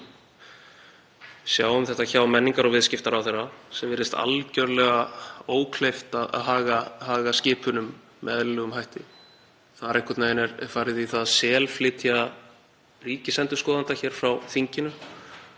sjáum þetta hjá menningar- og viðskiptaráðherra sem virðist algerlega ókleift að haga skipunum með eðlilegum hætti. Þar er einhvern veginn farið í það að selflytja ríkisendurskoðanda frá þinginu